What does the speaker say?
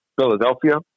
Philadelphia